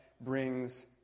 brings